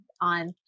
on